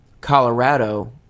Colorado